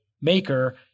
maker